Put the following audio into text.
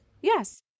Yes